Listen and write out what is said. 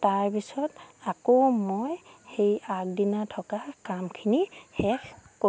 তাৰপিছত আকৌ মই সেই আগদিনাৰ থকা কামখিনি শেষ কৰোঁ